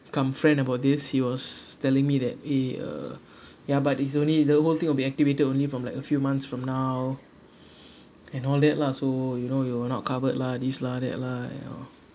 friend about this he was telling me that eh uh ya but it's only the whole thing will be activated only from like a few months from now and all that lah so you know you were not covered lah this lah that lah and all